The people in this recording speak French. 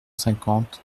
cinquante